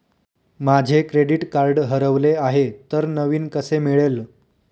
माझे credit card हरवले आहे तर नवीन कसे मिळेल?